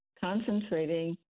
concentrating